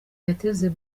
yateze